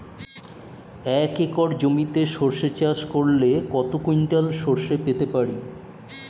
এক একর জমিতে সর্ষে চাষ করলে কত কুইন্টাল সরষে পেতে পারি?